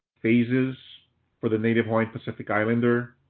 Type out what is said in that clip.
phases for the native hawaiian pacific islander